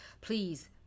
Please